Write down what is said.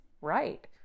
right